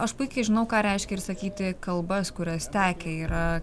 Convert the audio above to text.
aš puikiai žinau ką reiškia ir sakyti kalbas kurias tekę yra